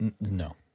No